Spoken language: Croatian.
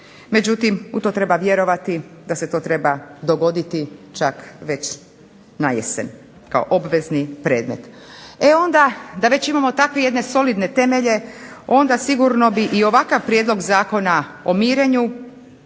Međutim, u to treba vjerovati da se to treba dogoditi čak već na jesen kao obvezni predmet. E onda da već imamo takve jedne solidne temelje onda sigurno bi i ovakav Prijedlog zakona o mirenju